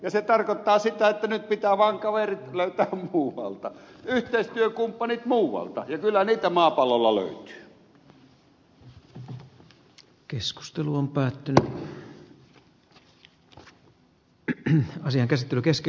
ja se tarkoittaa sitä että nyt pitää vaan kaverit löytää muualta yhteistyökumppanit muualta ja kyllä niitä maapallolta löytyy